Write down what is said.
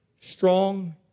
strong